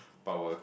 power